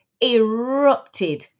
erupted